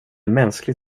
mänsklig